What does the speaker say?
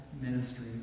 ministry